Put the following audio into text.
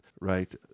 right